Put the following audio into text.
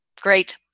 Great